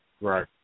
Right